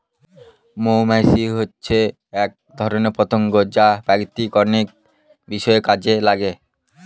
মধুমাছি হচ্ছে এক ধরনের পতঙ্গ যা প্রকৃতির অনেক বিষয়ে কাজে লাগে